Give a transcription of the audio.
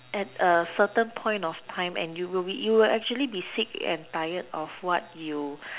at a certain point of time and you will be you will actually be sick and tired of what you